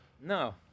No